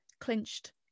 clinched